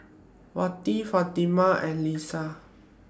Wati Fatimah and Lisa